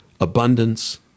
abundance